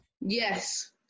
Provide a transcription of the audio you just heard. Yes